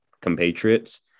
compatriots